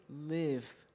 live